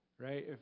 right